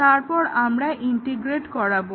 তারপর আমরা ইন্টিগ্রেট করাবো